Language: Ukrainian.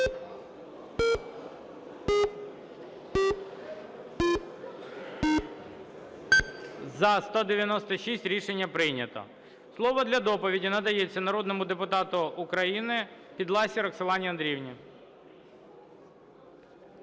За-196 Рішення прийнято. Слово для доповіді надається народному депутату України Підласі Роксолані Андріївні.